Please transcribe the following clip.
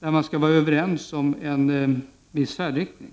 där man skall vara överens om en viss färdriktning.